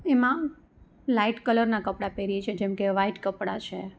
એમાં લાઇટ કલરના કપડાં પહેરીએ છીએ જેમકે વાઇટ કપડાં છે